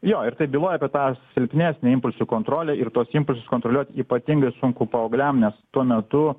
jo ir tai byloja apie tą silpnesnę impulsų kontrolę ir tuos impulsus kontroliuot ypatingai sunku paaugliam nes tuo metu